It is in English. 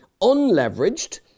unleveraged